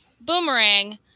boomerang